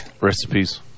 recipes